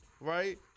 Right